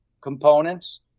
components